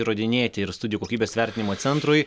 įrodinėti ir studijų kokybės vertinimo centrui